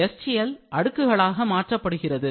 STL அடுக்குகளாக மாற்றப்படுகிறது